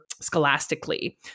scholastically